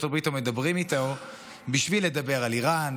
הברית או מדברים איתו בשביל לדבר על איראן,